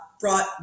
brought